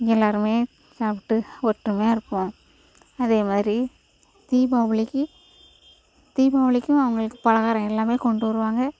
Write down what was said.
எல்லோருமே சாப்பிட்டு ஒற்றுமையாக இருப்போம் அதே மாதிரி தீபாவளிக்கு தீபாவளிக்கும் அவங்களுக்கு பலகாரம் எல்லாம் கொண்டு வருவாங்க